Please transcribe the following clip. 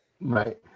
right